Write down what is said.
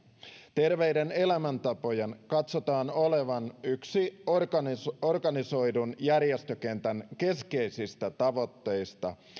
terveiden elämäntapojen katsotaan olevan yksi organisoidun organisoidun järjestökentän keskeisistä tavoitteista